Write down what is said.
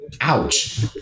Ouch